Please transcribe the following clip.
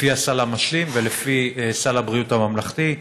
לפי הסל המשלים ולפי סל הבריאות הממלכתי.